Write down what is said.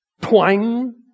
Twang